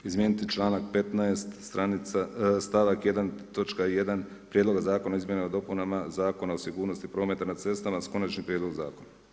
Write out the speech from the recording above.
Izmijeniti članak 15. stavak 1., točka 1. Prijedloga zakona o Izmjenama i dopunama Zakona o sigurnosti prometa na cestama sa Konačnim prijedlogom Zakona.